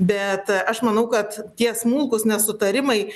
bet aš manau kad tie smulkūs nesutarimai